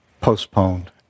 postponed